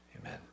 Amen